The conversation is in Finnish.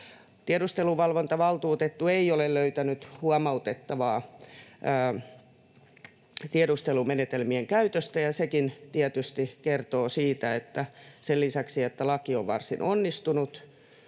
Tiedusteluvalvontavaltuutettu ei ole löytänyt huomautettavaa tiedustelumenetelmien käytöstä, ja sekin tietysti kertoo siitä, että sen lisäksi, että laki on varsin onnistunut,